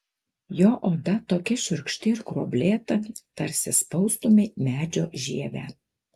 jo oda tokia šiurkšti ir gruoblėta tarsi spaustumei medžio žievę